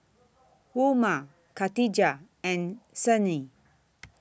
Umar Katijah and Senin